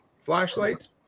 flashlights